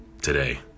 today